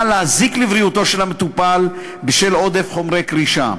להזיק לבריאותו של המטופל בשל עודף חומרי קרישה.